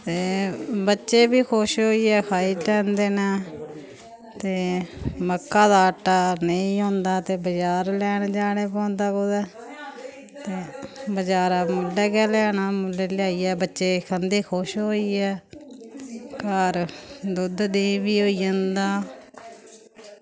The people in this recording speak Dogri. ते बच्चे बी खुश होइयै खाई लैंदे न ते मक्कें दा आटा नेईं होंदा ते बजार लैने गी जाना पौंदा कुदै ते बजार दा आह्नदे ते बच्चे खंदे खुश होइयै घर दुद्ध देहीं बी होई जंदा